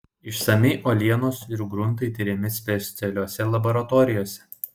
išsamiai uolienos ir gruntai tiriami specialiose laboratorijose